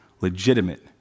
legitimate